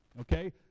okay